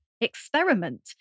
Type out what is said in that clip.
experiment